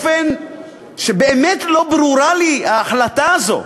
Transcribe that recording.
כי באמת לא ברורה לי ההחלטה הזאת.